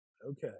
Okay